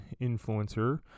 influencer